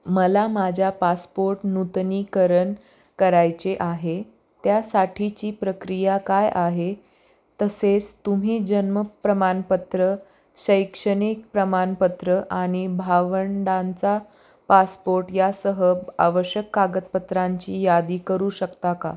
मला माझ्या पासपोर्ट नूतनीकरण करायचे आहे त्यासाठीची प्रक्रिया काय आहे तसेच तुम्ही जन्म प्रमाणपत्र शैक्षणिक प्रमाणपत्र आणि भावंडांचा पासपोर्ट यासह ब आवश्यक कागदपत्रांची यादी करू शकता का